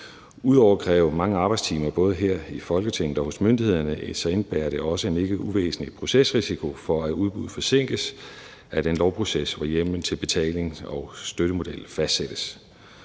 Ud over at kræve mange arbejdstimer, både her i Folketinget og hos myndighederne, indebærer det også en ikke uvæsentlig procesrisiko for, at udbud forsinkes af den lovproces, hvor hjemlen til betaling og støttemodel fastsættes.